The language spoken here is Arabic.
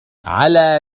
على